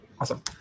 awesome